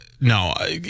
no